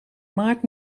maart